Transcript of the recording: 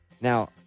Now